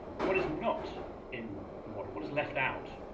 what is not in the model, what is left out.